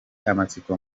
amatsiko